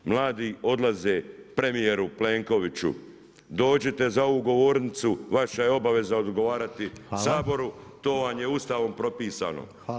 Mladi odlaze premijeru Plenkoviću, dođite za ovu govornicu, vaša je obaveza odgovarati Saboru, to vam je Ustavom propisano.